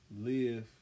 live